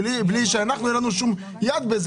בלי שלכולנו יהיה יד בזה,